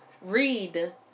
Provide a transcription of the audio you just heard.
Read